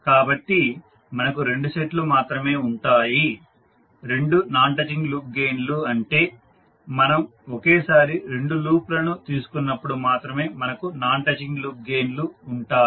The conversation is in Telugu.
కాబట్టి మనకు రెండు సెట్లు మాత్రమే ఉంటాయి రెండు నాన్ టచింగ్ లూప్ గెయిన్లు అంటే మనం ఒకేసారి రెండు లూప్లను తీసుకున్నప్పుడు మాత్రమే మనకు నాన్ టచింగ్ లూప్ గెయిన్లు ఉంటాయి